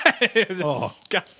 Disgusting